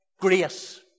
Grace